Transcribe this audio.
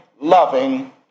loving